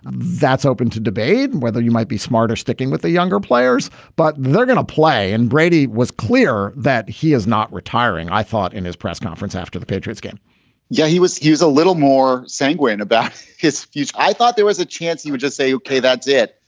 that's open to debate whether you might be smarter sticking with the younger players, but they're going to play. and brady was clear that he is not retiring. i thought in his press conference after the patriots game yeah, he was. use a little more sanguine about his future. i thought there was a chance he would just say, okay, that's it.